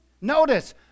notice